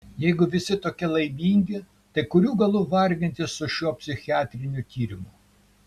jeigu visi tokie laimingi tai kurių galų vargintis su šiuo psichiatriniu tyrimu